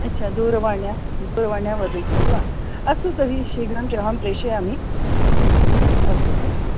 अच्छा दूरवाण्यां दूरवाण्यां वदिष्यति वा अस्तु तर्हि शीघ्रं च अहं प्रेषयामि अस्तु तर्हि